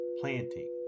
planting